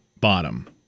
Bottom